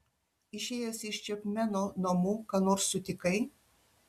išėjęs iš čepmeno namų ką nors sutikai